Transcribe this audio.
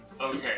Okay